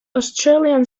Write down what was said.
australian